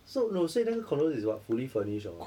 so no 所以那个 condo is what fully furnish or